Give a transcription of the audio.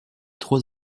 trois